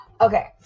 Okay